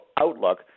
outlook